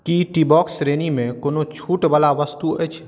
की टीबॉक्स श्रेणीमे कोनो छूटवला वस्तु अछि